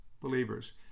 believers